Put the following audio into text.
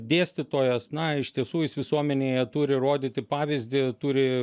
dėstytojas na iš tiesų jis visuomenėje turi rodyti pavyzdį turi